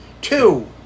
Two